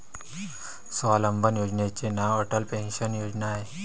स्वावलंबन योजनेचे नाव अटल पेन्शन योजना आहे